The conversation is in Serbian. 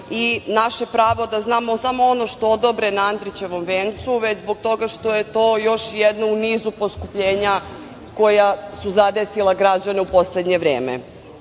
i naše pravo da znamo samo ono što odobre na Andrićevom Vencu, već zbog toga što je to još jedno u nizu poskupljenja koja su zadesila građane u poslednje vreme.U